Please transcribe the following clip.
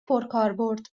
پرکاربرد